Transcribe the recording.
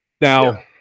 Now-